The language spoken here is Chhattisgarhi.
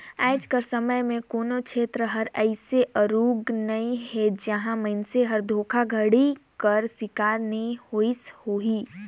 आएज कर समे में कोनो छेत्र हर अइसे आरूग नी हे जिहां मइनसे हर धोखाघड़ी कर सिकार नी होइस होही